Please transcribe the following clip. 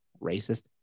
Racist